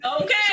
Okay